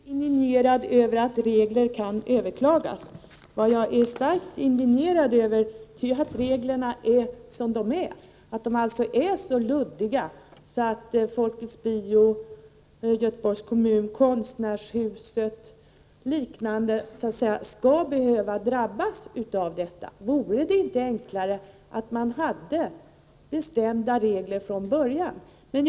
Herr talman! Jag är inte starkt indignerad över att regler kan överklagas. Vad jag är starkt indignerad över är att reglerna är som de är, att de är så luddiga att Folkets Bio, Göteborgs kommun, Konstnärshuset och liknande skall behöva drabbas av något sådant här. Vore det inte enklare att ha bestämda regler från början?